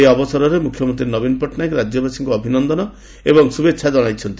ଏହି ଅବସରରେ ମୁଖ୍ୟମନ୍ତୀ ନବୀନ ପଟ୍ଟନାୟକ ରାଜ୍ୟବାସୀଙ୍କୁ ଅଭିନନ୍ଦନ ଏବଂ ଶୁଭେଛା ଜଣାଇଛନ୍ତି